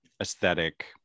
aesthetic